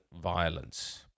violence